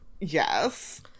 Yes